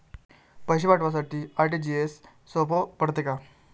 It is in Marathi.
पैसे पाठवासाठी आर.टी.जी.एसचं सोप पडते का?